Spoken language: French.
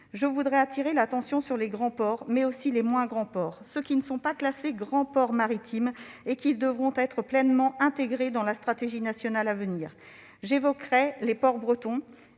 je voudrais attirer l'attention sur les grands ports, mais aussi sur les moins grands, ceux qui ne sont pas classés « grands ports maritimes » et qui devront être pleinement intégrés dans la stratégie nationale à venir. J'évoquerai les ports bretons-